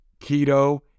keto